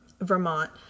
Vermont